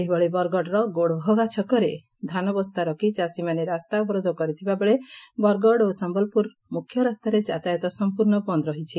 ସେହିଭଳି ବରଗଡ଼ର ଗୋଡ଼ଭଗା ଛକରେ ଧାନବସ୍ତା ରଖ୍ ଚାଷୀମାନେ ରାସ୍ତା ଅବରୋଧ କରିଥିବାବେଳେ ବରଗଡ଼ ଓ ସମ୍ୟଲପୁର ମୁଖ୍ୟରାସ୍ତାରେ ଯାତାୟାତ ସମ୍ମର୍ଶ୍ର ବନ୍ଦ ରହିଛି